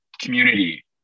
community